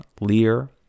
Lear